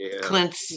Clint